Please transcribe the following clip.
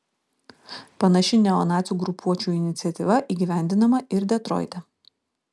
panaši neonacių grupuočių iniciatyva įgyvendinama ir detroite